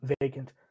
vacant